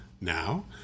Now